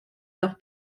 leurs